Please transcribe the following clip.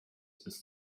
ist